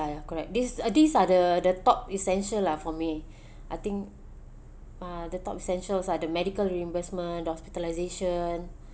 ya correct these uh these are the the top essential lah for me I think uh the top essential also are the medical reimbursement hospitalisation